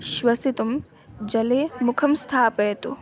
श्वसितुं जले मुखं स्थापयतु